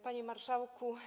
Panie Marszałku!